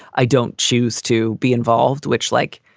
i don't choose to be involved, which like,